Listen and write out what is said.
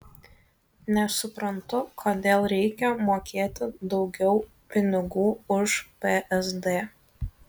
nesuprantu kodėl reikia mokėti daugiau pinigų už psd